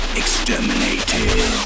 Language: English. exterminated